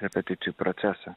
repeticijų procesą